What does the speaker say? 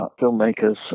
filmmakers